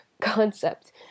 concept